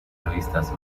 revistas